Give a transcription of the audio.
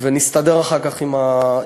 נסתדר אחר כך עם התקציב.